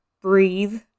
breathe